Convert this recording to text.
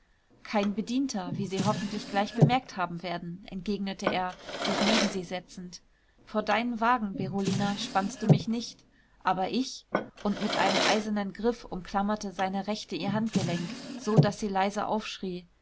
kein bedienter wie sie hoffentlich gleich bemerkt haben werden entgegnete er sich neben sie setzend vor deinen wagen berolina spannst du mich nicht aber ich und mit einem eisernen griff umklammerte seine rechte ihr handgelenk so daß sie leise aufschrie